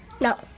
No